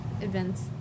events